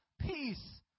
peace